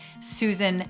Susan